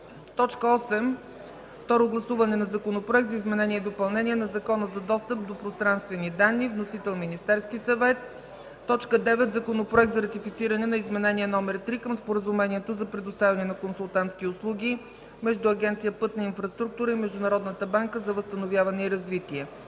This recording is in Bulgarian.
8. Второ гласуване на Законопроект за изменение и допълнение на Закона за достъп до пространствени данни. Вносител – Министерски съвет. 9. Законопроект за ратифициране на Изменение № 3 към Споразумението за предоставяне на консултантски услуги между Агенция „Пътна инфраструктура” и Международната банка за възстановяване и развитие.